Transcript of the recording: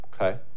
okay